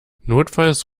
notfalls